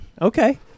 okay